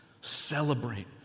celebrate